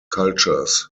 cultures